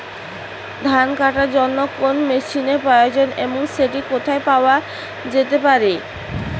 ধান কাটার জন্য কোন মেশিনের প্রয়োজন এবং সেটি কোথায় পাওয়া যেতে পারে?